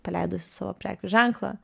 paleidusi savo prekių ženklą